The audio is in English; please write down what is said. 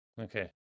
okay